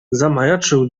zamajaczył